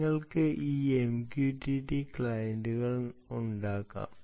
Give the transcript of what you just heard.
നിങ്ങൾക്ക് ഈ MQTT ക്ലയന്റുകൾ ഉണ്ടാകാം